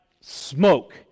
smoke